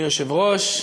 אדוני היושב-ראש,